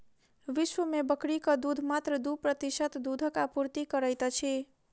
विश्व मे बकरीक दूध मात्र दू प्रतिशत दूधक आपूर्ति करैत अछि